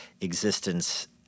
existence